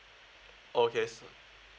okay sa~